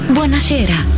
Buonasera